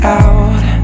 out